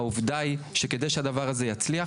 העובדה היא שכדי שהדבר הזה יצליח,